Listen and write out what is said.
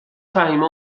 فهیمه